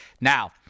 Now